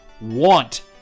want